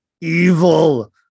evil